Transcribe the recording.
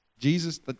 Jesus